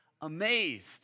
amazed